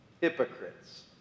hypocrites